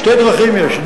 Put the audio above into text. שתי דרכים יש,